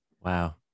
wow